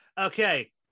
Okay